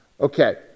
okay